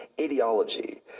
ideology